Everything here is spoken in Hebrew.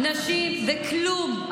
זה כלום.